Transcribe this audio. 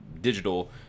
digital